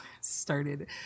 started